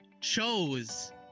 chose